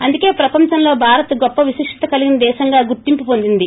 అందుకే ప్రపంచంలో భారత్ గొప్ప విశిష్టత కలిగిన దేశంగా గుర్తింపు వొందినది